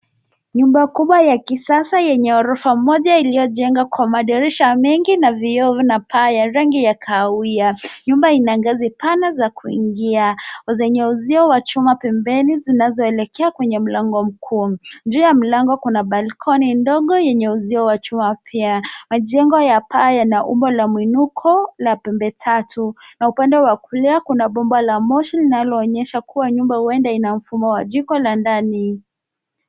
Nyumba kubwa ya kisasa yeney orofa moja iliyojengwa kwa madirisha mengi na vioo na paa ya rangi ya kahawia. Nyumba ina ngazi pana za kuingia zenye uzio za chuma pembeni zinazoelekea kwenye mlango mkuu. Juu ya mlango kuna balkoni ndogo yenye uzio wa chuma pia. Majengo ya paa yana muundo wa miinuko l a pembe tatu na upande wa kulia kuna bomba la moshi linaloonyesha kuwa nyumba huenda ina mfumo wa jiko la ndani.